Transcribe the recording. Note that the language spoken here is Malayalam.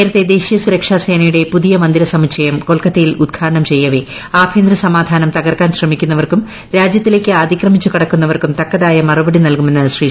നേരത്തെ ദേശീയ സുരക്ഷാ സേനയുടെ പുതിയ മന്ദിര സമുച്ചയം കൊൽക്കത്തയിൽ ഉദ്ഘാടനം ചെയ്യവെ ആഭ്യന്തര സമാധാനം തകർക്കാൻ ശ്രമിക്കുന്നവർക്കും രാജ്യത്തിലേയ്ക്ക് അതിക്രമിച്ച് കടക്കുന്നവർക്കും തക്കതായ മറുപടി നൽകുമെന്ന് ശ്രീ